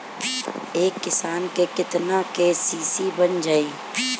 एक किसान के केतना के.सी.सी बन जाइ?